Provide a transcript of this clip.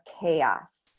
chaos